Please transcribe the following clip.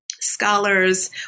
scholars